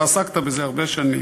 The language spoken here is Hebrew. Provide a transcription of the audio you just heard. אתה עסקת בזה הרבה שנים.